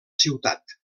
ciutat